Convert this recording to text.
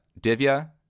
Divya